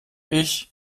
ich